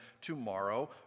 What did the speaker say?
tomorrow